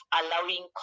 allowing